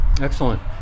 Excellent